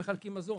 לגבי חלוקת מזון.